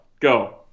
Go